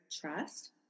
trust